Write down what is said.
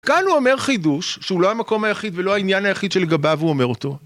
כאן הוא אומר חידוש שהוא לא המקום היחיד ולא העניין היחיד שלגביו הוא אומר אותו